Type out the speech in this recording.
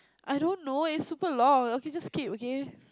I don't know it's super long okay just skip okay